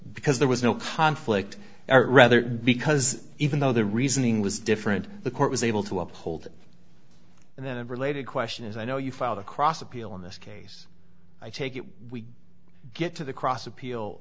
because there was no conflict or rather because even though the reasoning was different the court was able to uphold and then a related question is i know you filed across appeal in this case i take it we get to the cross appeal